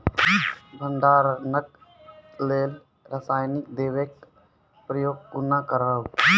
भंडारणक लेल रासायनिक दवेक प्रयोग कुना करव?